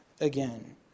again